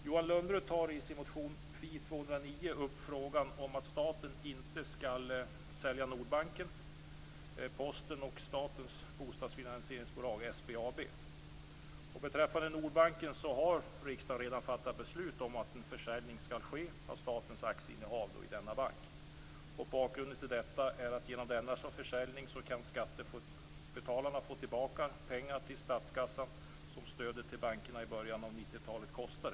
Johan Lönnroth tar i sin motion Fi209 upp frågan om att staten inte skall sälja Nordbanken, Posten och Beträffande Nordbanken har riksdagen redan fattat beslut om att en försäljning skall ske av statens aktieinnehav i denna bank. Bakgrunden till detta är att skattebetalarna genom denna försäljning kan få tillbaka de pengar till statskassan som stödet till bankerna i början av 90-talet kostade.